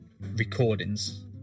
recordings